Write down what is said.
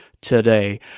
today